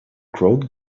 crowd